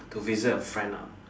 to visit a friend ah